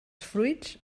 fruits